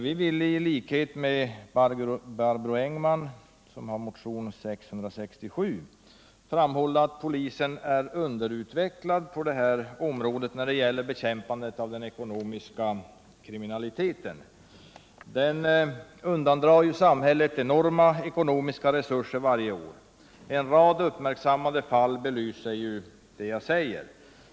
Jag vill i likhet med vad Barbro Engman gjort i motion nr 667 framhålla att polisen är underutvecklad när det gäller bekämpandet av den organiserade ekonomiska kriminaliteten. Denna undandrar samhället enorma ekonomiska resurser varje år. En rad uppmärksammade fall bestyrker detta.